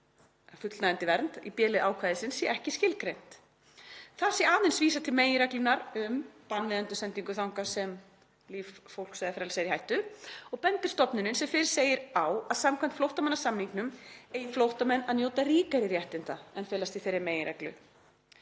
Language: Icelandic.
[fullnægjandi vernd] í b-lið ákvæðisins sé ekki skilgreint. Þar sé aðeins vísað til meginreglunnar um [bann við endursendingu þangað sem líf fólks og/eða frelsi er í hættu] og bendir stofnunin, sem fyrr segir, á að samkvæmt flóttamannasamningnum eigi flóttamenn að njóta ríkari réttinda en felast í þeirri meginreglu.